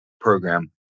program